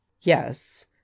yes